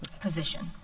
position